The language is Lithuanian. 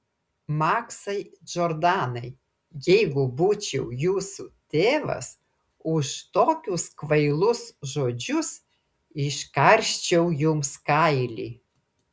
maksai džordanai jeigu būčiau jūsų tėvas už tokius kvailus žodžius iškarščiau jums kailį